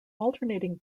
alternating